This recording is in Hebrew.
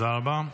תודה רבה.